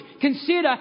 Consider